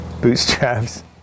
bootstraps